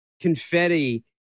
confetti